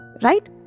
...right